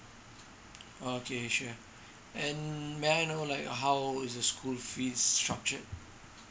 oh okay sure and may I know like how is the school fees structured